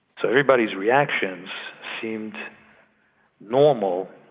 so everybody's reactions seemed normal.